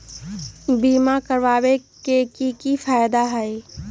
बीमा करबाबे के कि कि फायदा हई?